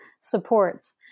supports